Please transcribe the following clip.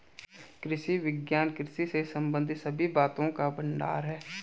कृषि विज्ञान कृषि से संबंधित सभी बातों का भंडार है